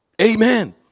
Amen